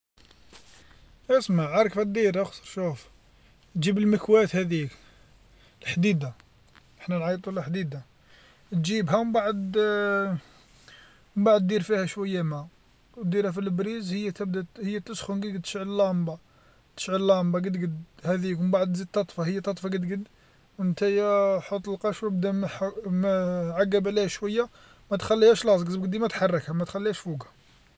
اسمع عارف كفاه دير أخزر شوف، جيب المكواة هذيك الحديدة حنا نعيطو حديدة، تجيبها ومن بعد من بعد دير فيها شوية ما وديرها فالبريز هي تبدا هي تسخن تشعل لامبة، تشعل لامبة قد قد هاذيك من بعد تزيد تطفى هي تطفى ونتيا حط القشر وبدا عقب عليها شوية ما تخليهاش لاصق لازم ديما تحركها ما تخليهاش فوقها.